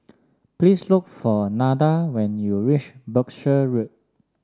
please look for Nada when you reach Berkshire Road